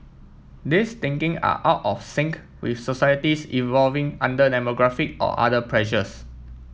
these thinking are out of sync with societies evolving under demographic or other pressures